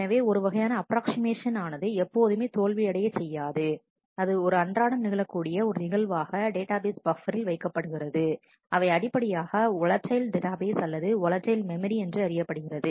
எனவே ஒரு வகையான அப்ராக்ஸிமேஷன் ஆனது எப்போதுமே தோல்வி அடைய செய்யா து அது ஒரு அன்றாடம் நிகழக்கூடிய ஒரு நிகழ்வாக டேட்டாபேஸ் பப்பரில் வைக்கப்படுகிறது அவை அடிப்படையாக ஓலடைல் டேட்டாபேஸ் அல்லது ஓலடைல் மெமரி என்று அறியப்படுகிறது